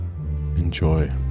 Enjoy